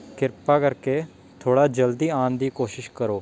ਕਿਰਪਾ ਕਰਕੇ ਥੋੜ੍ਹਾ ਜਲਦੀ ਆਉਣ ਦੀ ਕੋਸ਼ਿਸ਼ ਕਰੋ